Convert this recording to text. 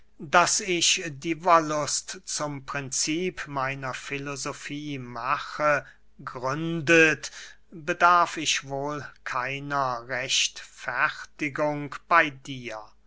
daß ich die wollust zum princip meiner filosofie mache gründet bedarf ich wohl keiner rechtfertigung bey dir